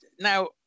Now